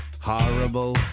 horrible